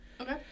Okay